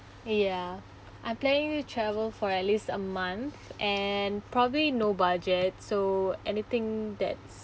ya I'm planning to travel for at least a month and probably no budget so anything that's